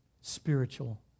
spiritual